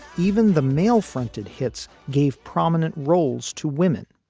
even the male fronted hits gave prominent roles to women,